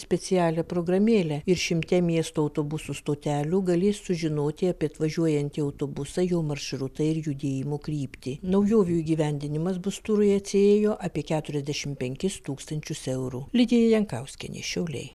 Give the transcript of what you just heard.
specialią programėlę ir šimte miestų autobusų stotelių galės sužinoti apie atvažiuojantį autobusą jo maršrutą ir judėjimo kryptį naujovių įgyvendinimas busturui atsiėjo apie keturiasdešim penkis tūkstančius eurų lidija jankauskienė šiauliai